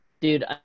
Dude